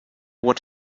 what